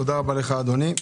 תודה רבה לך, אדוני.